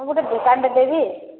ମୁଁ ଗୁଟେ ଦୋକାନଟେ ଦେବି